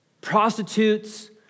prostitutes